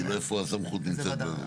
כאילו איפה הסמכות נמצאת.